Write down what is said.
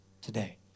today